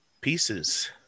pieces